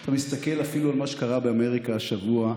אתה מסתכל אפילו על מה שקרה באמריקה השבוע,